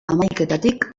hamaiketatik